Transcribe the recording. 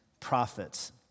Prophets